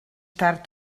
tard